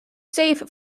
safe